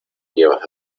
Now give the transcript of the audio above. llevas